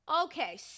okay